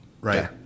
right